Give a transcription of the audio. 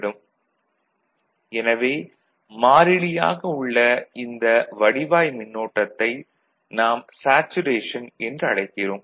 Pinch off VDS ≥ VGS VT எனவே மாறிலி ஆக உள்ள இந்த வடிவாய் மின்னோட்டத்தை நாம் சேச்சுரேஷன் என்றழைக்கிறோம்